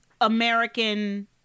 American